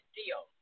deal